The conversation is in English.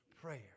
Prayer